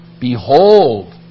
Behold